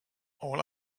all